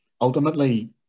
ultimately